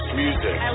music